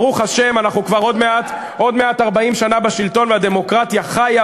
אנחנו כבר עוד מעט 40 שנה בשלטון והדמוקרטיה חיה,